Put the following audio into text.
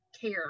care